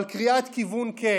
אבל קריאת כיוון כן: